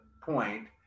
point